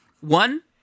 One